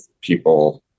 people